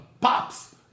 pops